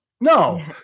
No